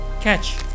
Catch